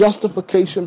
justification